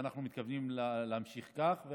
ואנחנו מקווים להמשיך כך.